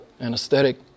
anesthetic